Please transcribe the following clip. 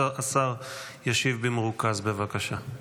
השר ישיב במרוכז, בבקשה.